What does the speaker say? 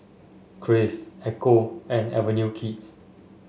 Crave Ecco and Avenue Kids